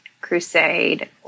crusade